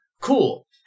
Cool